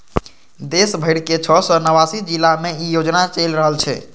देश भरिक छह सय नवासी जिला मे ई योजना चलि रहल छै